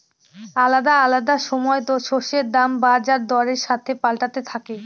আলাদা আলাদা সময়তো শস্যের দাম বাজার দরের সাথে পাল্টাতে থাকে